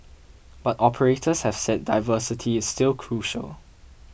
but operators have said diversity is still crucial